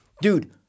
Dude